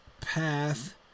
path